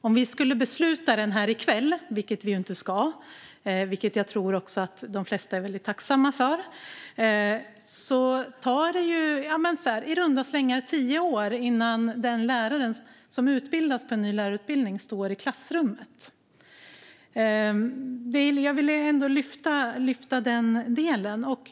Om vi skulle besluta om en sådan här i kväll, vilket vi inte ska, och det tror jag att de flesta är väldigt tacksamma för, tar det i runda slängar tio år innan en lärare som utbildas på en ny lärarutbildning står i klassrummet. Jag ville ändå lyfta fram den delen.